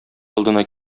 алдына